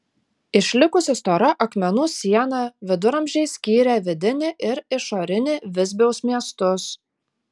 išlikusi stora akmenų siena viduramžiais skyrė vidinį ir išorinį visbiaus miestus